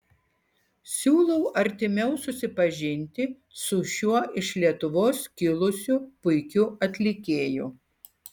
siūlau artimiau susipažinti su šiuo iš lietuvos kilusiu puikiu atlikėju